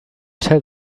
tell